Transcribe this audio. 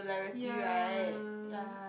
ya